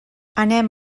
anem